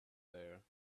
there